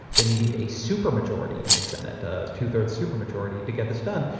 then you need a super majority in the senate, a two-thirds super majority to get this done.